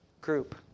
group